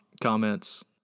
comments